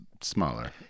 smaller